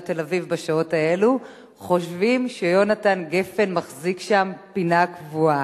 תל-אביב" בשעות האלו חושבים שיהונתן גפן מחזיק שם פינה קבועה.